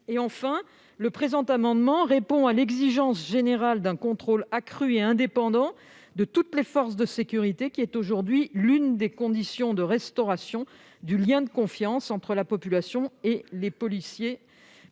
Enfin, le présent amendement répond à l'exigence générale d'un contrôle accru et indépendant de toutes les forces de sécurité qui est, aujourd'hui, l'une des conditions de restauration du lien de confiance entre la population et les policiers,